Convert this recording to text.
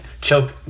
choke